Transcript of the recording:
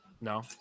No